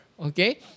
Okay